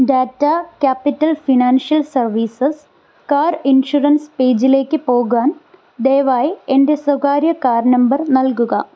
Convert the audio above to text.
Tata capital financial services car insurance പേജിലേക്ക് പോകാൻ ദയവായി എൻ്റെ സ്വകാര്യ കാർ നമ്പർ നൽകുക